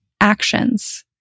actions